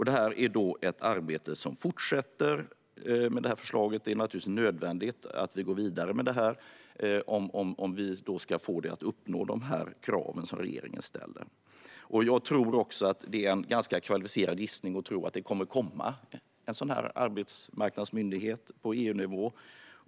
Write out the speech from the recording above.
Det är ett arbete som fortsätter, men det är nödvändigt att vi går vidare med förslaget om vi ska få det att uppnå kraven som regeringen ställer. Jag tror att det är en ganska kvalificerad gissning att det kommer att komma en arbetsmarknadsmyndighet på EU-nivå.